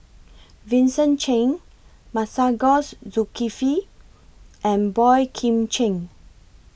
Vincent Cheng Masagos Zulkifli and Boey Kim Cheng